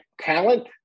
talent